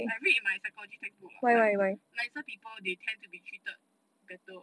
I read in my psychology textbook lah like like some people they tend to be treated better